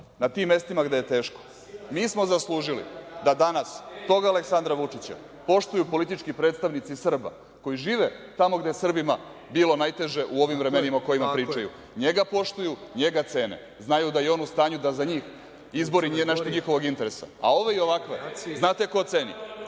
na tim mestima gde je teško, mi smo zaslužili da danas tog Aleksandra Vučića poštuju politički predstavnici Srba koji žive tamo gde je Srbima bilo najteže u ovim vremenima o kojima pričaju. Njega poštuju, njega cene, znaju da je on u stanju da za njih izbori nešto od njihovih interesa.A ove i ovakve, znate ko ceni?